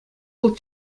вӑл